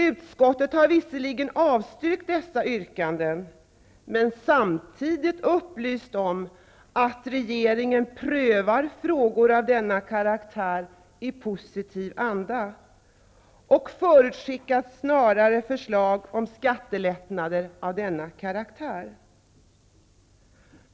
Utskottet har visserligen avstyrkt dessa yrkanden men har samtidigt upplyst om att regeringen prövar frågor av denna karaktär i positiv anda och förutskickat snara förslag om skattelättnader.